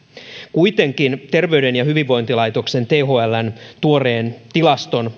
kuitenkin terveyden ja hyvinvoinnin laitoksen thln tuoreet tilastot